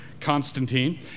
Constantine